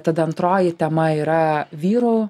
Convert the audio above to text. tada antroji tema yra vyrų